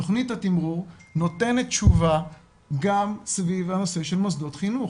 תכנית התמרור נותנת תשובה גם סביב הנושא של מוסדות החינוך.